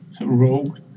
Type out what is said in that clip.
rogue